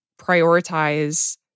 prioritize